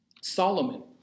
Solomon